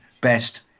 Best